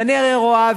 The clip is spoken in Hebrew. ואני הרי רואה,